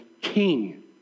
King